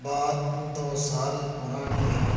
بات دو سال پرانی ہے